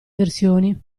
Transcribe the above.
versioni